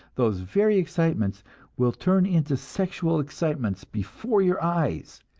those very excitements will turn into sexual excitements before your eyes!